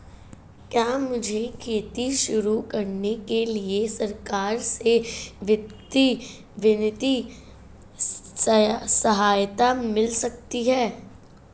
क्या मुझे खेती शुरू करने के लिए सरकार से वित्तीय सहायता मिल सकती है?